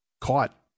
caught